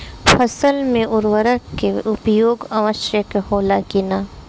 फसल में उर्वरक के उपयोग आवश्यक होला कि न?